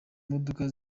modoka